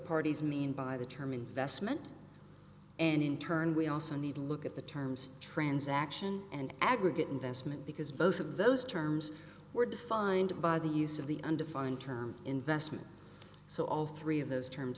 parties mean by the term investment and in turn we also need to look at the terms transaction and aggregate investment because both of those terms were defined by the use of the undefined term investment so all three of those terms